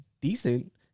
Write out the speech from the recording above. decent